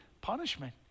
punishment